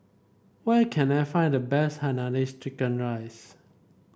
where can I find the best Hainanese Chicken Rice